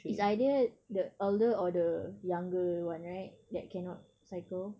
it's either the elder or the younger one right that cannot cycle